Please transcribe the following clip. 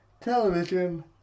television